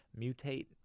mutate